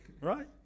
right